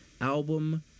album